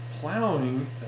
plowing